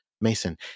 Mason